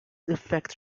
effect